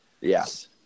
Yes